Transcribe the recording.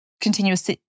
continuous